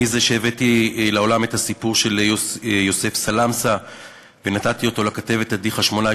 אני הבאתי לעולם את הסיפור של יוסף סלמסה ונתתי אותו לכתבת עדי חשמונאי,